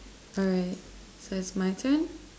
alright so it's my turn